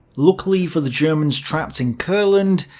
luckily for the germans trapped in courland,